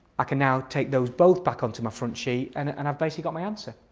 i can now take those both back onto my front sheet and and i've basically got my answer.